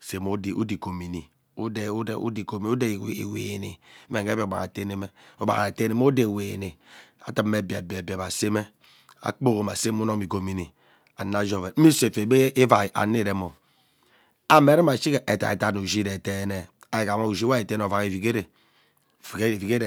aseme udoa, udaa ighomini udee udee ighomi udee iwini mme ghee Biakpan atenme ugbaghara ateneme udee iwini adume beep beep beep aseme agbogome asseme unom ighonimi. Ano ashi oven mmisa efigbeha ivai ano evemo ameruma ashiga edeiden ushu iree deene igham ushii we iteene ovak evigere evigere efiafigha.